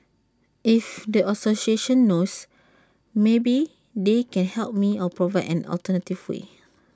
if the association knows maybe they can help me or provide an alternative way